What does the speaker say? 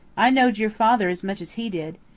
i knowed your father as much as he did.